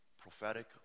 prophetic